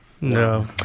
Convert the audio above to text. no